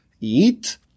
eat